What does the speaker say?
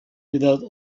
without